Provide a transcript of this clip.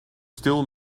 still